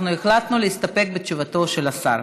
אנחנו החלטנו להסתפק בתשובתו של השר.